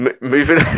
moving